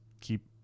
keep